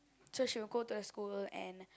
so she would go to a school and